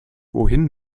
wohin